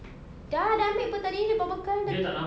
dah dah ambil [pe] tadi dia bawa bekal